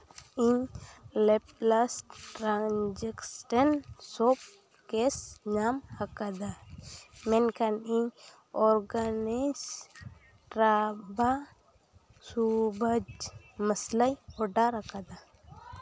ᱤᱧ ᱞᱮᱯᱞᱟᱥᱴ ᱴᱨᱟᱱᱥᱮᱞᱮᱥᱱᱴ ᱥᱚᱯ ᱠᱮᱥ ᱧᱟᱢ ᱟᱠᱟᱫᱟ ᱢᱮᱱᱠᱷᱟᱱ ᱤᱧ ᱚᱨᱜᱟᱱᱤᱠ ᱴᱟᱵᱷᱟ ᱥᱚᱵᱽᱡᱤ ᱢᱚᱥᱞᱟᱧ ᱚᱰᱟᱨ ᱟᱠᱟᱫᱟ